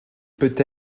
peut